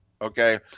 Okay